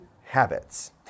habits